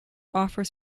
offers